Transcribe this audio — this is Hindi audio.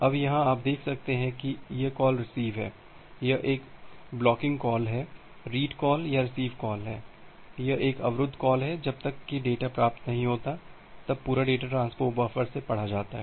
अब यहाँ आप देख सकते हैं कि यह कॉल रिसीव है यह एक ब्लॉकिंग कॉल है रीड कॉल या रिसीव कॉल है यह एक अवरुद्ध कॉल है जब तक कि डेटा प्राप्त नहीं होता है तब पूरा डेटा ट्रांसपोर्ट बफर से पढ़ा जाता है